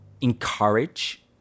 encourage